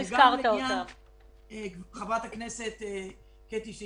חוק האומנה